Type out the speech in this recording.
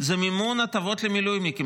זה מימון הטבות למילואימניקים.